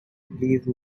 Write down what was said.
please